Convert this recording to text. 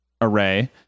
array